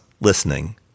listening